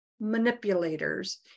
manipulators